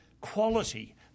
quality